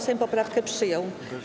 Sejm poprawkę przyjął.